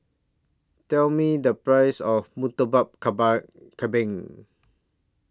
Tell Me The Price of Murtabak Kambing